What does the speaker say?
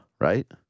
right